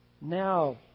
Now